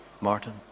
Martin